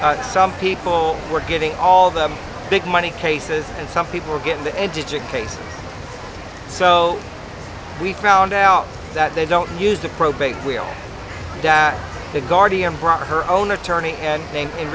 some people were getting all the big money cases and some people were getting the education so we found out that they don't use the probate will the guardian brought her own attorney and